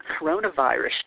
coronavirus